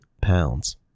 pounds